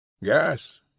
Yes